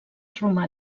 romà